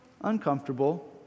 uncomfortable